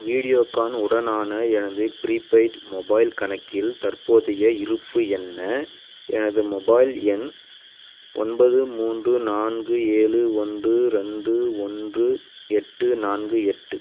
வீடியோகான் உடனான எனது prepaid mobile கணக்கில் தற்போதைய இருப்பு என்ன எனது மொபைல் எண் ஒன்பது மூன்று நான்கு ஏழு ஒன்று ரெண்டு ஒன்று எட்டு நான்கு எட்டு